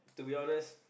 to be honest